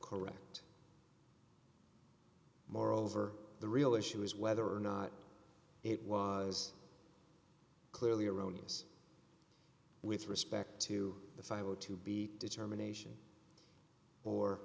correct moreover the real issue is whether or not it was clearly erroneous with respect to the filed to be determination or